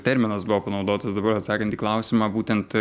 terminas buvo panaudotas dabar atsakant į klausimą būtent